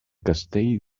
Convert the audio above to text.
castell